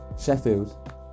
Sheffield